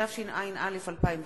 התשע"א 2010,